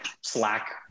slack